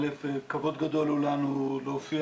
כבוד גדול הוא לנו להופיע.